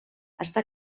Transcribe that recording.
està